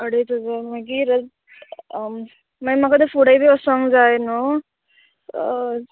अडेच हजार मागीर मागीर म्हाका तें फुडें बी वोसोंक जाय न्हू